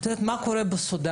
כמו למשל מה קורה בסודן,